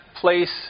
place